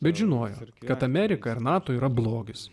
bet žinojo kad amerika ar nato yra blogis